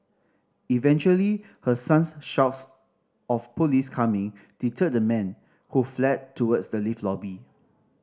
eventually her son's shouts of police coming deterred the man who fled towards the lift lobby